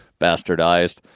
bastardized